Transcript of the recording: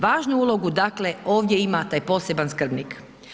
Važnu ulogu dakle ovdje ima taj posebna skrbnik.